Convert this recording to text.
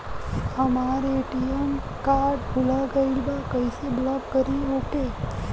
हमार ATM card भूला गईल बा कईसे ब्लॉक करी ओके?